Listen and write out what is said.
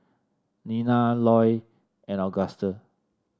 Nina Loy and Auguste